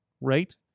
right